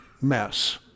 mess